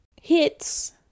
hits